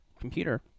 computer